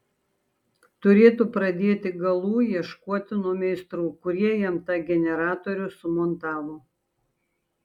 turėtų pradėti galų ieškoti nuo meistrų kurie jam tą generatorių sumontavo